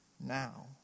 Now